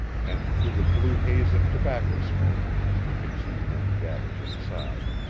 and through the blue haze of tobacco smoke we could see men gathered inside.